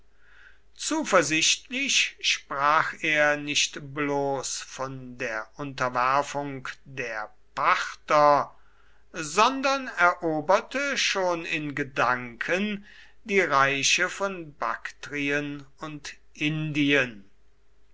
zuversichtlich sprach er nicht bloß von der unterwerfung der panther sondern eroberte schon in gedanken die reiche von baktrien und indien